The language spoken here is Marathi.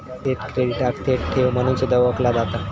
थेट क्रेडिटाक थेट ठेव म्हणून सुद्धा ओळखला जाता